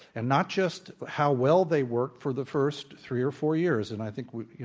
and not just how well they work for the first three or four years. and i think, you